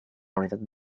unitat